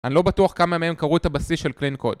אני לא בטוח כמה מהם קראו את הבסיס של Clean Code